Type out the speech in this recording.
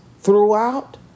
throughout